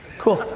cool.